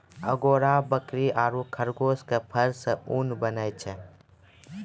angora बकरी आरो खरगोश के फर सॅ ऊन बनै छै